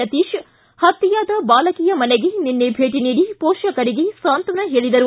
ಯತೀಶ ಹತ್ಯೆಯಾದ ಬಾಲಕಿಯ ಮನೆಗೆ ನಿನ್ನೆ ಭೇಟ ನೀಡಿ ಪೋಷಕರಿಗೆ ಸಾಂತ್ವನ ಹೇಳಿದರು